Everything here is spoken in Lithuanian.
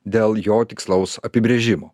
dėl jo tikslaus apibrėžimo